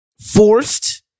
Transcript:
forced